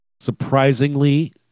Surprisingly